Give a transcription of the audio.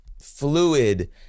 fluid